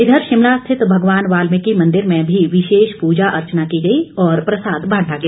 इधर शिमला स्थित भगवान वाल्मीकि मंदिर में भी विशेष पूजा अर्चना की गई और प्रसाद बांटा गया